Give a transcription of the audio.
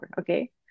Okay